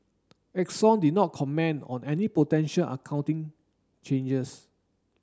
Exxon did not comment on any potential accounting changes